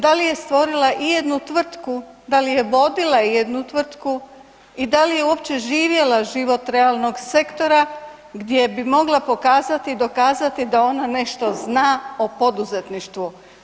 Da li je stvorila i jednu tvrtku, da li je vodila i jednu tvrtku i da li je uopće živjela život realnog sektora gdje bi mogla pokazati i dokazati da ona nešto zna o poduzetništvu?